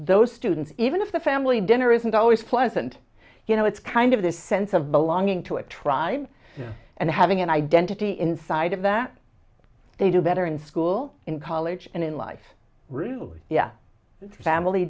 those students even if the family dinner isn't always pleasant you know it's kind of this sense of belonging to a tribe and having an identity inside of that they do better in school in college and in life really yeah family